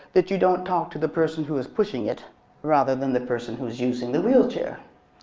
that you don't talk to the person who is pushing it rather than the person who is using the wheelchair.